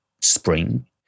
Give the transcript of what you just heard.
spring